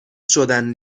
شدن